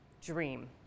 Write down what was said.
dream